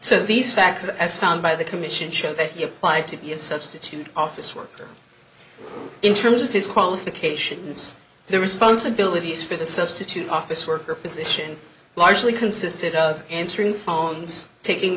so these facts as found by the commission show that he applied to be a substitute office worker in terms of his qualifications the responsibilities for the substitute office worker position largely consisted of answering phones taking